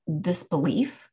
disbelief